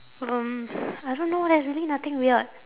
um I don't know leh really nothing weird